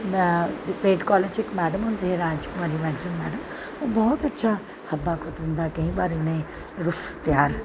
ते प्रेड़ कालेज च इक मैडम होंदे हे राजकुमारी मैडम ओह् बौह्त अच्छा खब्बा खातून दा केईं बारी उ'नें रूफ्फ त्यार